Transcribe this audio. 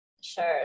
Sure